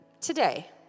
today